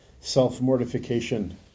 self-mortification